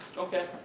okay,